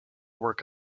work